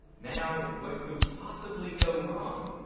now, what could possibly go wrong?